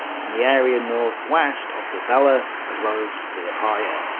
and the area northwest of dobele, ah as well as liepaja.